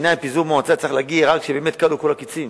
בעיני פיזור מועצה צריך להיות רק כשבאמת כלו כל הקצים,